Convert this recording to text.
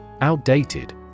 Outdated